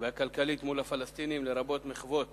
והכלכלית מול הפלסטינים, לרבות מחוות